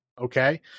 Okay